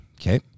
Okay